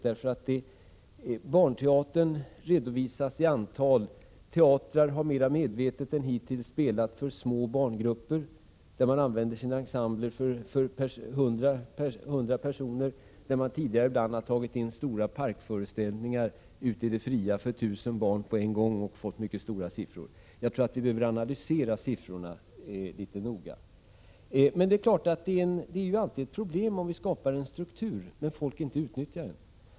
Barnteaterstatistiken redovisas i antalet besökare. Teatrar har mera medvetet än tidigare spelat för små barngrupper. Man använder sina ensembler för att spela för 100 personer, medan man tidigare ibland gjorde stora parkföreställningar i det fria för 1000 barn på en gång. Detta gav naturligtvis mycket höga siffror i statistiken. Jag tror att vi litet mer noggrant behöver analysera dessa siffror. Det är klart att det alltid blir problem om vi skapar en struktur som folk inte utnyttjar.